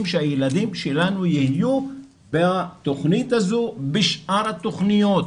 שהם יהיו בתוכנית הזאת ובשאר התוכניות.